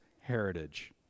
heritage